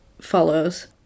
follows